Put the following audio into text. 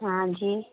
हाँ जी